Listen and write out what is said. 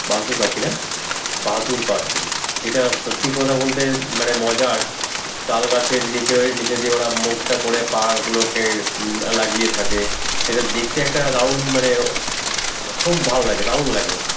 বাদুড় পাখি না বাদুড় পাখি সেটা সত্যি কথা বলতে মানে মজার তাল গাছের নিচে নিচে দিয়ে ওরা মুখটা করে পাগুলোকে লাগিয়ে থাকে সেটা দেখতে একটা দারুণ মানে খুব ভালো লাগে দারুণ লাগে